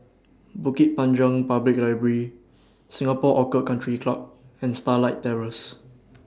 Bukit Panjang Public Library Singapore Orchid Country Club and Starlight Terrace